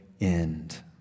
end